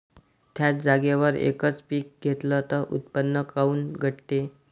थ्याच जागेवर यकच पीक घेतलं त उत्पन्न काऊन घटते?